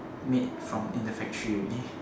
made from in the factory already